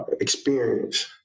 experience